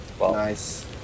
Nice